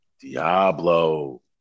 Diablo